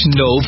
no